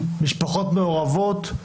משפחות מעורבות.